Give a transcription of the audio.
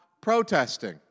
protesting